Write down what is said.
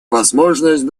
возможность